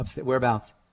Whereabouts